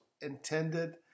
intended